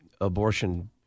abortion